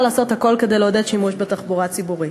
לעשות הכול כדי לעודד שימוש בתחבורה הציבורית.